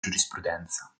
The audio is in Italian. giurisprudenza